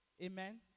Amen